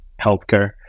healthcare